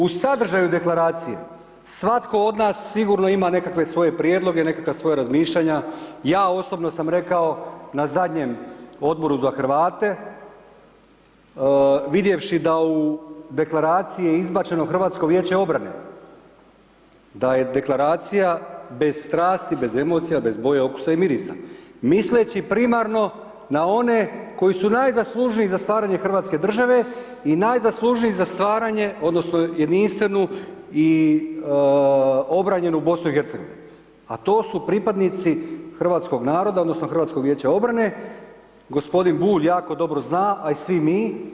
U sadržaju deklaracije, svatko od nas sigurno ima nekakve svoje prijedloge, nekakva svoja razmišljanja, ja osobno sam rekao, na zadnjem Odboru za Hrvate, vidjevši da u deklaraciji je izbačeno HVO, da je deklaracija, bez strasti, bez emocija, bez boje, okusa i mirisa, misleći primarno na one koji su najzaslužniji za stvaranje Hrvatske države i najzaslužniji za stvaranje, odnosno, jedinstvenu i obranjenu BIH, a to su pripadnici Hrvatskog naroda, odnosno Hrvatskog vijeća obrane, g. Bulj jako dobro zna, a i svi mi.